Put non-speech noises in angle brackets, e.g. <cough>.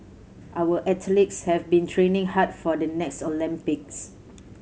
our <unintelligible> have been training hard for the next Olympics